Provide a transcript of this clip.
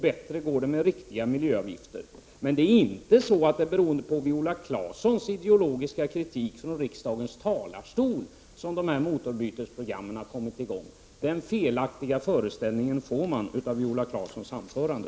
Bättre går det med riktiga miljöavgifter. Detta motorbytesprogram beror inte på Viola Claessons ideologiska kritik från riksdagens talarstol — den felaktiga föreställningen kan man få av Viola Claessons anförande.